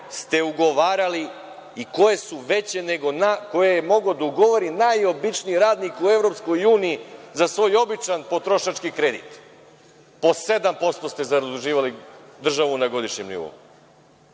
ste ugovarali i koje su veće nego koje je mogao da ugovori najobičniji radnik u EU za svoj običan potrošački kredit. Po 7% ste zaduživali državu na godišnjem nivou.